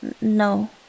no